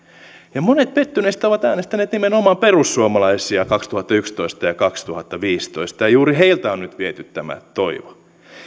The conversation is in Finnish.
monet pettyneistä ovat äänestäneet nimenomaan perussuomalaisia kaksituhattayksitoista ja kaksituhattaviisitoista ja juuri heiltä on nyt viety tämä toivo